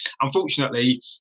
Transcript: Unfortunately